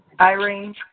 Irene